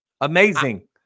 amazing